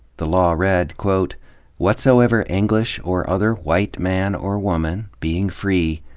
the law read, quote whatsoever english or other white man or woman, being free,